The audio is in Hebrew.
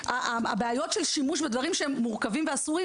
הבעיות של שימוש בדברים שהם מורכבים ואסורים,